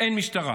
אין משטרה.